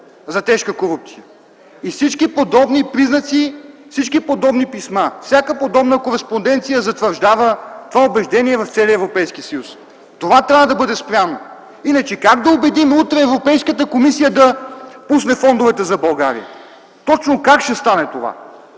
за тежка корупция и всички подобни признаци, всички подобни писма, всяка подобна кореспонденция затвърждава това убеждение в целия Европейски съюз. Това трябва да бъде спряно, иначе как да убедим утре Европейската комисия да пусне фондовете за България? Точно как ще стане това